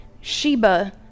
Sheba